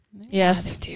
Yes